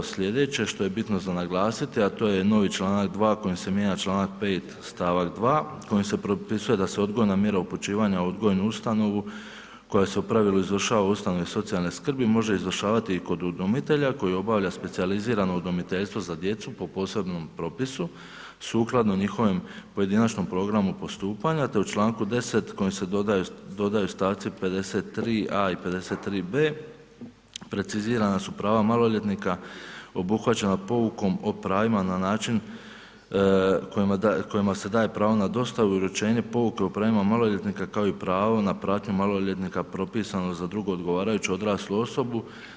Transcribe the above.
Slijedeće što je bitno za naglasiti, a to je novi Članak 2. kojim se mijenja Članak 5. stavak 2. kojim se propisuje da se odgojna mjera upućivanja u odgojnu ustanovu koja se u pravilu izvršava u ustanovi socijalne skrbi može izvršavati i kod udomitelja koji obavlja specijalizirano udomiteljstvo za djecu po posebnom propisu sukladno njihovom pojedinačnom programu postupanju te u Članku 10. kojim se dodaju stavci 53a. i 53b. precizirana su prava maloljetnika obuhvaćena poukom o pravima na način kojima se daje pravo na dostavu i uručenje pouke o pravima maloljetnika kao i pravo na pratnju maloljetnika propisano za drugu odgovarajuću odraslu osobu.